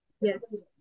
Yes